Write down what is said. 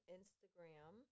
Instagram